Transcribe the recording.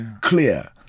clear